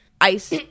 ice